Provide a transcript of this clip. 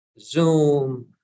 Zoom